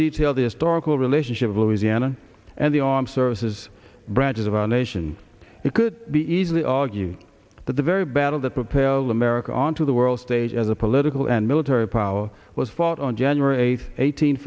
detail the historical relationship of louisiana and the armed services branches of our nation it could be easily argue that the very battle that propelled america onto the world stage as a political and military power was fought on january eight